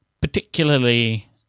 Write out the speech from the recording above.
particularly